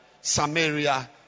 Samaria